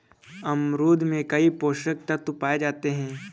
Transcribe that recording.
अमरूद में कई पोषक तत्व पाए जाते हैं